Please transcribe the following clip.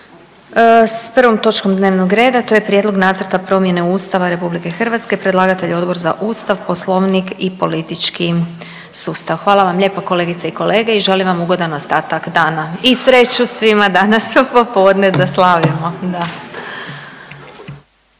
s prvom točkom dnevnog reda, a to je: Prijedlog nacrta promjene Ustava Republike Hrvatske. Predlagatelj je Odbor za Ustav, Poslovnik i politički sustav. Hvala vam lijepa kolegice i kolege i želim vam ugodan ostatak dana i sreću svima danas popodne da slavimo,